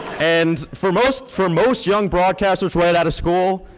and for most for most young broadcasters right out of school,